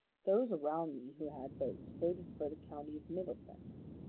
those around me, who had votes, voted for the county of middlesex.